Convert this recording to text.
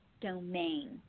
domain